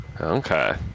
Okay